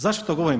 Zašto to govorim?